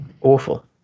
Awful